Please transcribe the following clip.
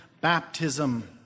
baptism